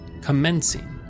commencing